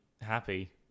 happy